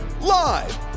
Live